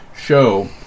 show